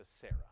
Sarah